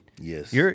Yes